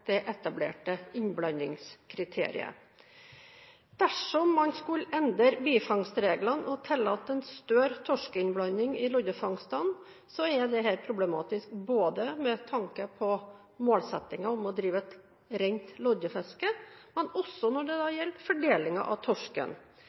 det etablerte innblandingskriteriet. Dersom man skulle endre bifangstreglene og tillate en større torskeinnblanding i loddefangstene, er det problematisk både med tanke på målsettingen om å drive et rent loddefiske og når det